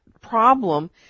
problem